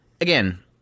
again